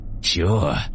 Sure